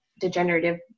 degenerative